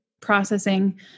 processing